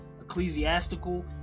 ecclesiastical